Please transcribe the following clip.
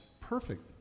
perfect